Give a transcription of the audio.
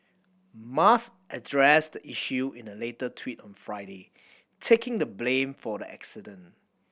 musk addressed the issue in a later tweet on Friday taking the blame for the accident